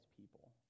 people